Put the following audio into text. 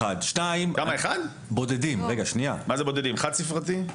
מה זה בודדים, חד-ספרתי?